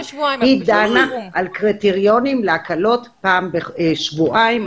היא דנה על קריטריונים להקלות פעם בשבועיים.